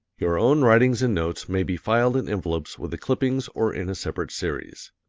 your own writings and notes may be filed in envelopes with the clippings or in a separate series.